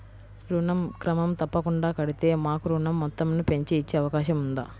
ఋణం క్రమం తప్పకుండా కడితే మాకు ఋణం మొత్తంను పెంచి ఇచ్చే అవకాశం ఉందా?